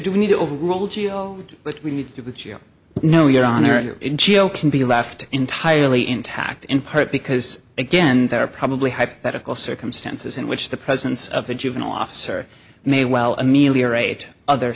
do we need to overrule g a o we need to get you know your honor in g a o can be left entirely intact in part because again there are probably hypothetical circumstances in which the presence of a juvenile officer may well ameliorate other